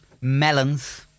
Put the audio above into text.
Melons